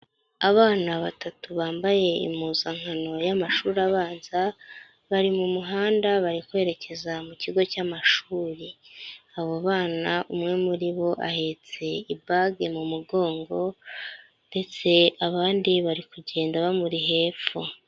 Abana batatu bambaye impuzankano y'amashuri abanza, bari mu muhanda bari kwerekeza mu kigo cy'amashuri, abo bana umwe muri bo ahetse ibage mu mugongo ndetse abandi bari kugenda bamuri hepfo.